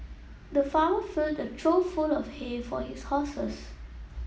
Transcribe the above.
the farmer filled a trough full of hay for his horses